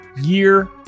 year